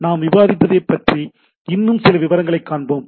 நாம் விவாதித்ததைப்பற்றி இன்னும் சில விவரங்களைக் காண்போம்